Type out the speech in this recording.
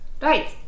Right